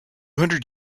hundred